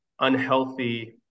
unhealthy